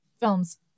films